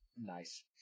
Nice